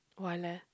why leh